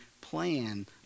plan